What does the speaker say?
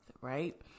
right